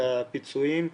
זה הפיצויים,